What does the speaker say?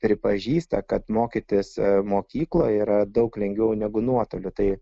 pripažįsta kad mokytis mokykloj yra daug lengviau negu nuotoliu tai